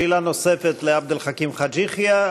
שאלה נוספת לעבד אל חכים חאג' יחיא.